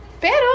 Pero